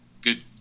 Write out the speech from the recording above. good